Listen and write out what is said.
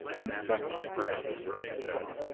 inspector bray, he said,